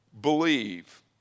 believe